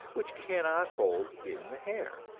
which cannot hold in the hair.